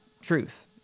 truth